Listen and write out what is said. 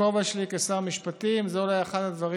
בכובע שלי כשר המשפטים זה אולי אחד הדברים